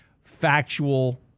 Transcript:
factual